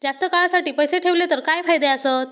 जास्त काळासाठी पैसे ठेवले तर काय फायदे आसत?